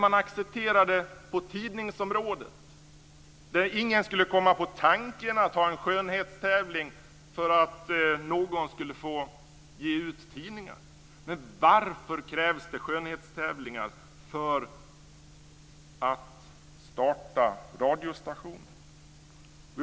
Man accepterar det ju på tidningsområdet. Ingen skulle där komma på tanken att ha en skönhetstävling för att någon skulle få ge ut tidningar. Men varför krävs det skönhetstävlingar för att starta radiostationer?